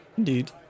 indeed